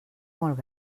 molt